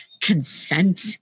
consent